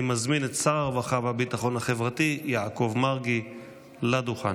אני מזמין את שר הרווחה והביטחון החברתי יעקב מרגי לדוכן.